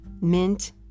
mint